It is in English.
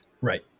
Right